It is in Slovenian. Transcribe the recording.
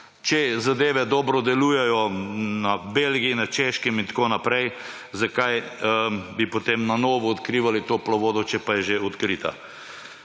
če zadeve dobro delujejo v Belgiji, na Češkem in tako naprej, zakaj bi potem na novo odkrivali toplo vodo, če pa je že odkrita?